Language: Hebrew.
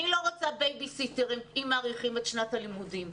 אני לא רוצה בייבי סיטר אם מאריכים את שנת הלימודים.